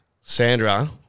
Sandra